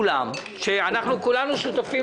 הטענה של כולם, שכולנו שותפים